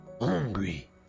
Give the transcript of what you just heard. Hungry